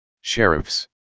sheriffs